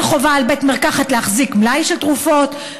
אין חובה על בית מרקחת להחזיק מלאי של תרופות,